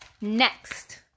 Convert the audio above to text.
Next